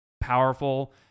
powerful